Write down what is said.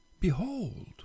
Behold